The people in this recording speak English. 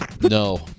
No